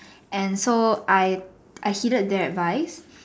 and so I I headed that advice